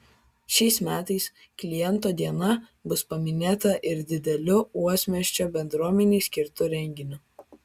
šiais metais kliento diena bus paminėta ir dideliu uostamiesčio bendruomenei skirtu renginiu